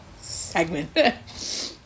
segment